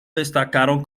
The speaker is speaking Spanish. destacaron